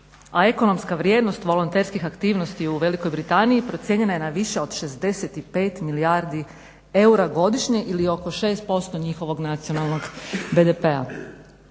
a ekonomska vrijednost volonterskih aktivnosti u Velikoj Britaniji procijenjena je na više od 65 milijardi eura godišnje ili oko 6% njihovog nacionalnog BDP-a.